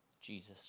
Jesus